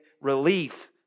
relief